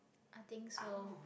I think so